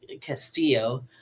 Castillo